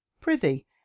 Prithee